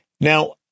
Now